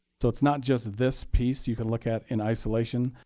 so it's not just this piece you can look at in isolation.